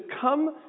come